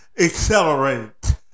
accelerate